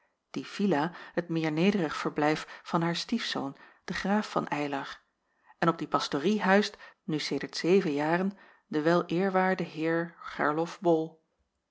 die villa het meer nederig verblijf van haar stiefzoon den graaf van eylar en op die pastorie huist nu sedert zeven jaren de wel eerwaarde heer gerlof bol